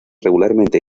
regularmente